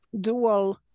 dual